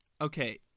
Okay